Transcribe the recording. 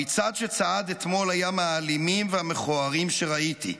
המצעד שצעד אתמול היה מהאלימים והמכוערים שראיתי,